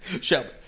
Shelby